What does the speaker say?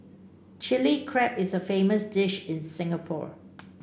Chilli Crab is a famous dish in Singapore